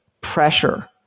pressure